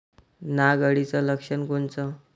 नाग अळीचं लक्षण कोनचं?